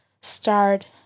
start